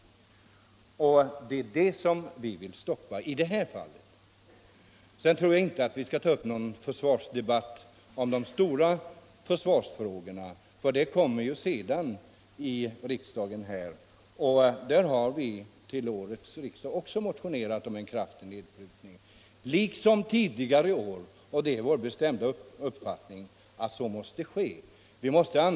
En sådan utveckling vill vi stoppa i detta fall. Vi skall inte nu ta upp någon debatt om de stora försvarsfrågorna. De kommer att behandlas senare. Vänsterpartiet kommunisterna har i år liksom tidigare 'år motionerat om en kraftig nedprutning av försvarskostnaderna. Vår bestämda uppfattning är att en sådan nedprutning måste ske.